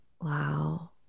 Wow